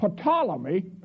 Ptolemy